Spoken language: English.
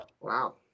wow